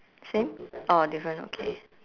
same orh different okay